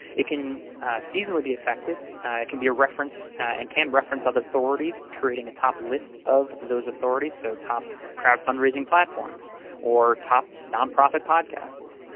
it can seasonably be affected. it can be a reference and can reference other authorities, creating a top list of those authorities, so top crowd fundraising platforms platforms or top nonprofit podcasts.